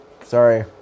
sorry